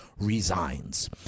resigns